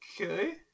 Okay